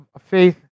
faith